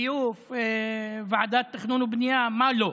ביוב, ועדת תכנון ובנייה, מה לא.